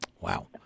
Wow